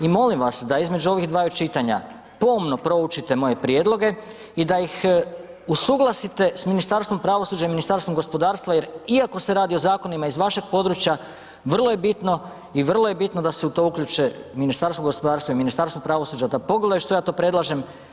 I molim vas da između ovih dvaju čitanja pomno proučite moje prijedloge i da ih usuglasite s Ministarstvom pravosuđa i Ministarstvom gospodarstva jer iako se radi o zakonima iz vašeg područja vrlo je bitno i vrlo je bitno da se u to uključe Ministarstvo gospodarstva i Ministarstvo pravosuđa da pogledaju što ja to predlažem.